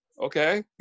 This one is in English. Okay